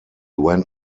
went